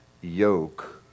yoke